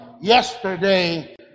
yesterday